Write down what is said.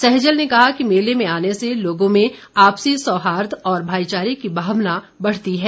सैजल ने कहा कि मेले में आने से लोगों में आपसी सौहार्द और भाईचारे की भावना बढ़ती है